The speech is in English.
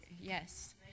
yes